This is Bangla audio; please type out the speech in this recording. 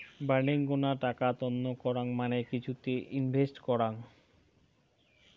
বাডেনগ্না টাকা তন্ন করাং মানে কিছুতে ইনভেস্ট করাং